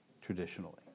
traditionally